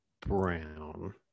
Brown